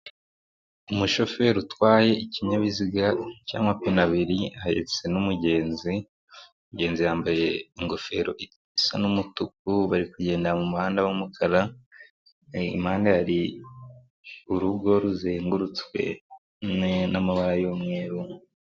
Umushoferi utwaye ikinyabiziga cy'amapine abiri, ahetse n'umugenzi, umugenzi yambaye ingofero isa n'umutuku, bari kugenda mu muhanda w'umukara, impande hari urugo ruzengurutswe n'amabara y'umweru.